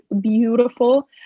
beautiful